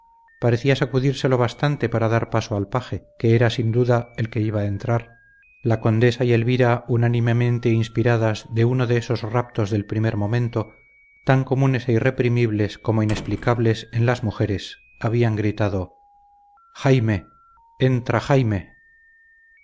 parecía sacudirse lo bastante para dar paso al paje que era sin duda el que iba a entrar la condesa y elvira unánimemente inspiradas de uno de esos raptos del primer momento tan comunes e irreprimibles como inexplicables en las mujeres habían gritado jaime entra jaime